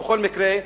ובכל מקרה,